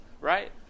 right